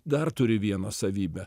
dar turi vieną savybę